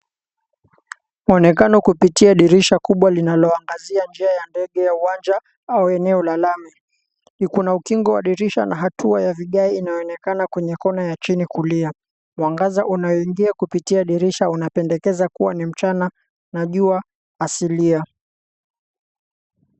Muonekano kupitia dirisha kubwa linaloangazia njia ya ndege ya uwanja au eneo la Lami. Kuna ukingo wa dirisha na hatua ya vigae inayoonekana kwenye kona ya chini kulia. Mwangaza unaoingia kupitia dirisha unapendekeza kuwa ni mchana na jua asilia.